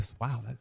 Wow